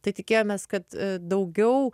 tai tikėjomės kad daugiau